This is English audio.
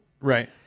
Right